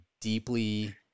deeply